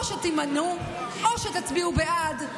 או שתימנעו או שתצביעו בעד,